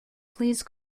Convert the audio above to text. please